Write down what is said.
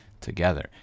together